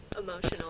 emotional